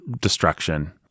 destruction